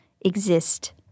exist